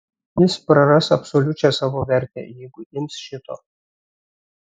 jis praras absoliučią savo vertę jeigu ims šito